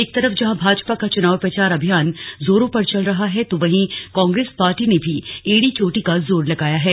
एक तरफ जहां भाजपा का चुनाव प्रचार अभियान जोरों पर चल रहा है तो वहीं कांग्रेस पार्टी ने भी ऐड़ी चोटी का जोर लगाया है